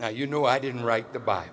now you know i didn't write the b